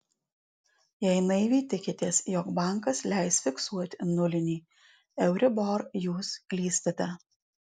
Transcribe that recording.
jei naiviai tikitės jog bankas leis fiksuoti nulinį euribor jūs klystate